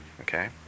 Okay